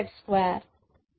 F020zRR2z2